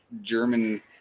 German